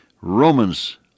Romans